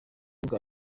bwa